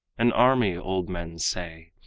an army, old men say,